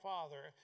Father